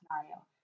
scenario